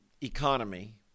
economy